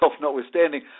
notwithstanding